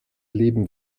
leben